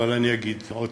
אבל אני אגיד עוד